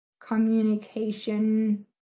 communication